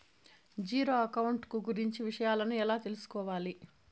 Zero account కు గురించి విషయాలను ఎలా తెలుసుకోవాలి?